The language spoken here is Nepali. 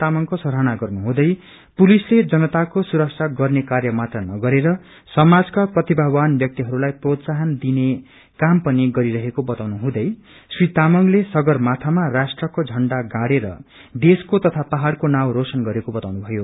तामंगको सराहना गर्नुहँदै पुलिसले जनताको सुरक्षागर्ने कार्य मात्र नगरेर समाजका प्रतिभावान व्याक्तिहरूलाइ प्रोतसाहन दिने काम पनि गरिरहेको बताउनु हुँदै श्री तामंगले सबरमाथाम राष्ट्रको झण्डा गाडेर देशको तथा पहाड़को नाउँ रोशन गरेको बताउनु भयो